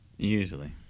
Usually